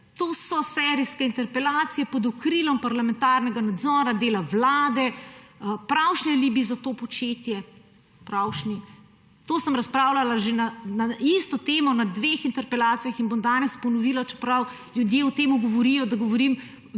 to so serijske interpelacije pod okriljem parlamentarnega nadzora dela Vlade. Pravšnji bi bili za to početje, pravšnji. To sem razpravljala na isto temo na dveh interpelacijah in bom danes ponovila, čeprav ljudje potem govorijo, da govorim